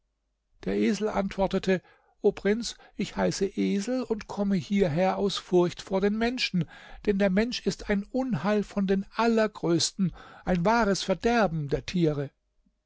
der esel antwortete o prinz ich heiße esel und komme hierher aus furcht vor den menschen denn der mensch ist ein unheil von den allergrößten ein wahres verderben der tiere